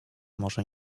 może